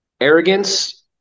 arrogance